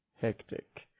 Hectic